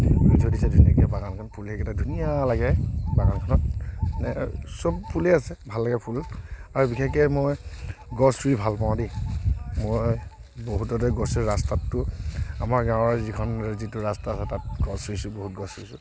ৰুই থৈ দিছে ধুনীয়াকৈ বাগানখনত ফুলিলে সেইকেইটা ধুনীয়া লাগে বাগানখনত মানে চব ফুলে আছে ভাল লাগে ফুল আৰু বিশেষকৈ মই গছ ৰুই ভালপাওঁ দেই মই বহুততেই গছ ৰাস্তাততো আমাৰ গাঁৱৰ যিখন যিটো ৰাস্তা আছে তাত গছ ৰুইছোঁ বহুত গছ ৰুইছোঁ